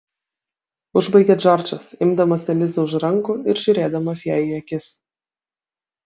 užbaigė džordžas imdamas elizą už rankų ir žiūrėdamas jai į akis